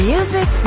Music